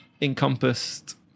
encompassed